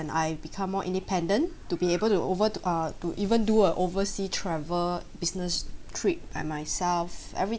and I become more independent to be able to over to uh to even do a oversea travel business trip by myself every